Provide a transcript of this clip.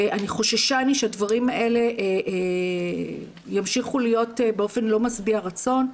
חוששני שהדברים האלה ימשיכו להיות באופן לא משביע רצון.